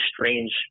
strange